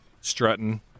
strutting